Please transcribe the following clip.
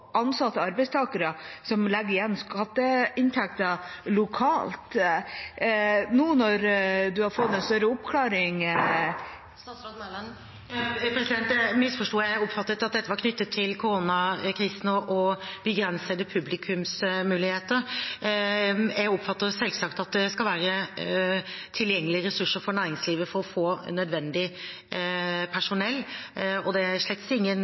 arbeidstakere som legger igjen skatteinntekter lokalt. – Da har statsråden fått en oppklaring. Jeg misforsto. Jeg oppfattet at dette var knyttet til koronakrisen og begrensede publikumsmuligheter. Jeg mener selvsagt at det skal være tilgjengelige ressurser for næringslivet for å få nødvendig personell. Og det er slett ingen